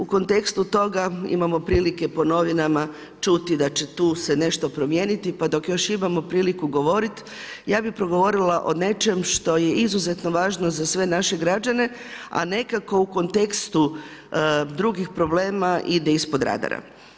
U kontekstu toga imamo prilike po novinama čuti da će tu se nešto promijeniti, pa dok još imamo priliku govoriti ja bih progovorila o nečem što je izuzetno važno za sve naše građane, a nekako u kontekstu drugih problema ide ispod radara.